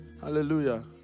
hallelujah